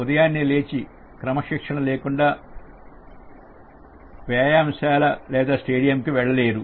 ఉదయాన్నే లేచి క్రమశిక్షణ లేకుండా వ్యాయామశాల కు లేదా స్టేడియంకు వెళ్లరు వెళ్లలేరు